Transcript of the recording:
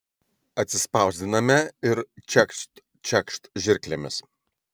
atsispausdiname ir čekšt čekšt žirklėmis